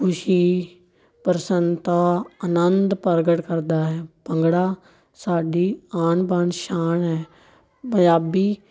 ਖੁਸ਼ੀ ਪ੍ਰਸੰਨਤਾ ਆਨੰਦ ਪ੍ਰਗਟ ਕਰਦਾ ਹੈ ਭੰਗੜਾ ਸਾਡੀ ਆਨ ਬਾਨ ਸ਼ਾਨ ਹੈ ਪੰਜਾਬੀ